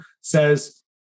says